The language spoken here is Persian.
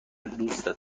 دوستت